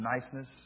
niceness